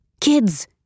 Kids